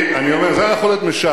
אני אומר, זה היה יכול להיות משעשע,